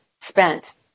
spent